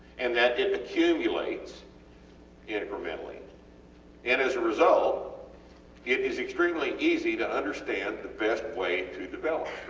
and that it accumulates yeah incrementally and as a result it is extremely easy to understand the best way to develop